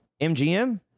MGM